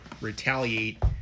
retaliate